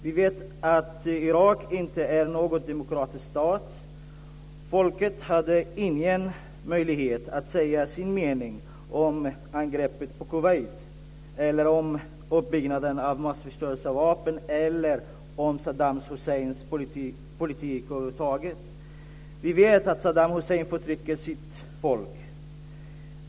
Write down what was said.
Vi vet att Irak inte är någon demokratisk stat. Folket hade ingen möjlighet att säga sin mening om angreppet på Kuwait, om uppbyggnaden av massförstörelsevapen eller om Saddam Husseins politik över huvud taget. Vi vet att Saddam Hussein förtrycker sitt folk.